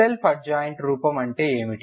self adjoint రూపం అంటే ఏమిటి